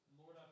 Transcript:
Lord